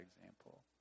example